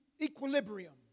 equilibrium